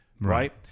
right